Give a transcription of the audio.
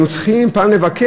היינו צריכים לא פעם לבקש,